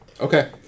Okay